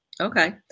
Okay